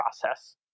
process